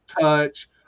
touch